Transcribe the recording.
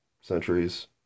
centuries